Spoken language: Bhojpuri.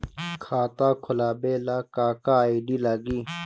खाता खोलाबे ला का का आइडी लागी?